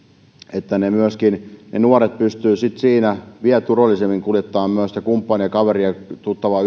että ne nuoret myöskin pystyvät sitten siinä vielä turvallisemmin kuljettamaan myös sitä kumppania kaveria tuttavaa